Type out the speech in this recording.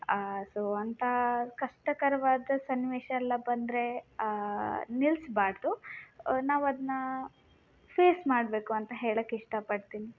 so ಅಂತ ಕಷ್ಟಕರವಾದ ಸನ್ನಿವೇಶ ಎಲ್ಲ ಬಂದರೆ ನಿಲ್ಲಿಸ್ಬಾರ್ದು ನಾವು ಅದನ್ನ ಫೇಸ್ ಮಾಡಬೇಕು ಅಂತ ಹೇಳಕೆ ಇಷ್ಟಪಡ್ತೀನಿ